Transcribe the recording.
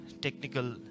technical